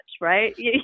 right